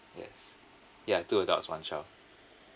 yes ya and two adults one child